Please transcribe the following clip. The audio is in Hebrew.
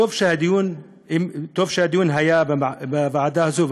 טוב שהדיון היה בוועדה הזו,